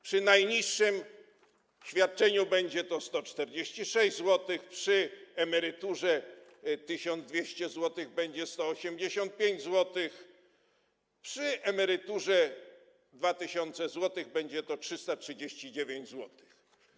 Przy najniższym świadczeniu będzie to 146 zł, przy emeryturze 1200 zł będzie to 185 zł, a przy emeryturze 2000 zł będzie to 339 zł.